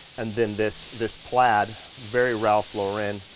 and then this, this plaid, very ralph lauren,